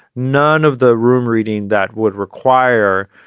none of the room reading that would require,